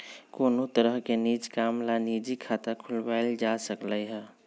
कोनो तरह के निज काम ला निजी खाता खुलवाएल जा सकलई ह